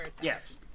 Yes